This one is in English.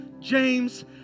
James